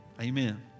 Amen